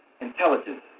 intelligence